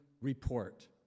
report